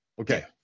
Okay